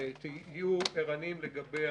ותהיו ערניים לגבי